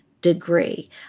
degree